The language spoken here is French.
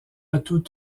atout